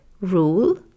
rule